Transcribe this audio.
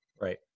Right